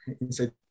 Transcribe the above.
inside